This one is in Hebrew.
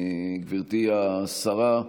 גברתי השרה,